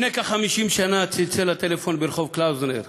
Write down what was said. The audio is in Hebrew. לפני כ-50 שנה צלצל הטלפון ברחוב קלאוזנר,